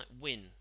Win